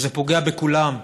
וזה פוגע בכולם,